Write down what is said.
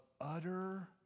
utter